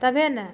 तबहे ने